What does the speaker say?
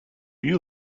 you